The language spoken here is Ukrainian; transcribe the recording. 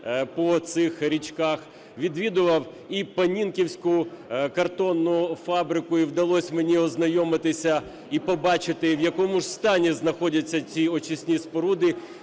по цих річках, відвідував і Понінківську картонну фабрику. І вдалось мені ознайомитися, і побачити, в якому ж стані знаходяться ці очисні споруди.